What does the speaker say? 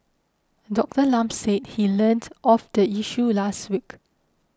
Doctor Lam said he learnt of the issue last week